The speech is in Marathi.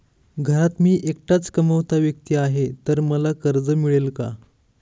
घरात मी एकटाच कमावता व्यक्ती आहे तर मला कर्ज मिळेल का?